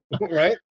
right